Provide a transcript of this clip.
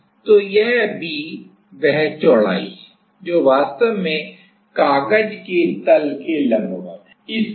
तो यह b वह चौड़ाई है जो वास्तव में कागज के तल के लंबवत है इस तरह